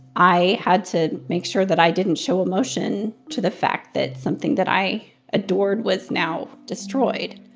i had to make sure that i didn't show emotion to the fact that something that i adored was now destroyed.